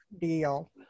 deal